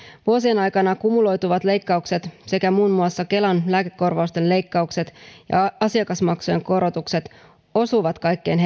vuosien aikana kumuloituvat leikkaukset sekä muun muassa kelan lääkekorvausten leikkaukset ja asiakasmaksujen korotukset osuvat kaikkein